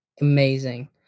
amazing